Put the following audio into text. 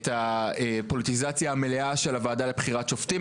את הפוליטיזציה המלאה של הוועדה לבחירת שופטים,